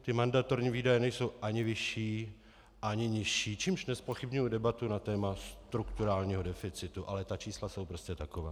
Ty mandatorní výdaje nejsou ani vyšší ani nižší, čímž nezpochybňuji debatu na téma strukturálního deficitu, ale ta čísla jsou prostě taková.